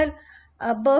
travelled above